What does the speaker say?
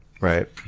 Right